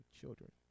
children